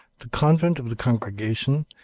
the convent of the congregation,